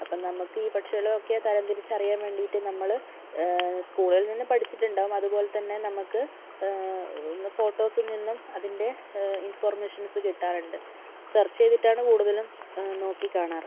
അപ്പം നമുക്ക് ഈ പക്ഷികൾ ഒക്കെ തരം തിരിച്ചറിയാൻ വേണ്ടിയിട്ട് നമ്മൾ സ്കൂളിൽ നിന്നും പഠിച്ചിട്ടുണ്ടാകും അതുപോലെ തന്നെ നമുക്ക് ഒന്ന് ഫോട്ടോസിൽ നിന്നും അതിൻ്റെ ഇൻഫർമേഷൻസ് കിട്ടാറുണ്ട് സെർച് ചെയ്തിട്ടാണ് കൂടുതലും നോക്കിക്കാണാറ്